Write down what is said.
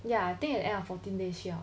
ya I think at the end of fourteen days 需要